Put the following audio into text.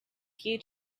due